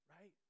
right